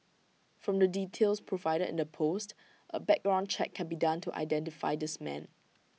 from the details provided in the post A background check can be done to identify this man